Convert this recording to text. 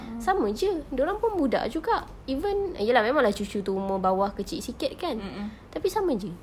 sama saja dia orang pun budak juga even err ya lah memang cucu lah umur bawah kecil sikit kan tapi sama saja